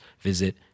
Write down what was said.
visit